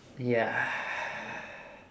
ya